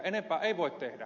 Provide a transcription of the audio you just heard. enempää ei voi tehdä